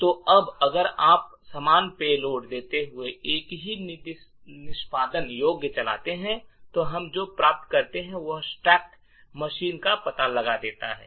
तो अब अगर आप समान पेलोड देते हुए एक ही निष्पादन योग्य चलाते हैं तो हम जो प्राप्त करते हैं वह स्टैक मशीन का पता लगा लेता है